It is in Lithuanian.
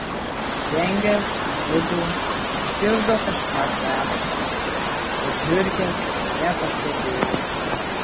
įžengęs į vidų išgirdo kažką krebždant bet žiurkės nepastebėjo